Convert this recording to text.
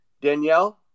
Danielle